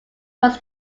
was